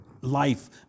life